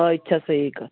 آ یِتہِ چھِ صحیح کتھ